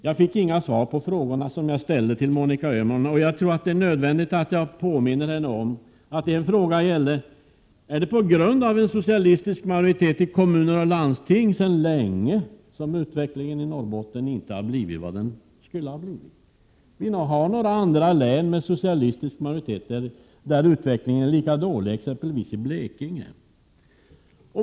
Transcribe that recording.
Jag fick inget svar på de frågor jag ställde till Monica Öhman, och jag tror att det är nödvändigt att jag påminner henne om dem: Är det på grund av en socialistisk majoritet i kommuner och landsting sedan länge som utvecklingen i Norrbotten inte har blivit vad den skulle ha kunnat bli? Några andra län med socialistisk majoritet har en utveckling som är lika dålig, exempelvis Blekinge.